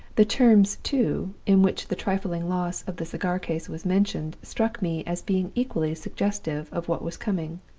the terms, too, in which the trifling loss of the cigar-case was mentioned struck me as being equally suggestive of what was coming.